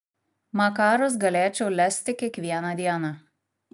makarus galėčiau lesti kiekvieną dieną